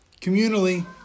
communally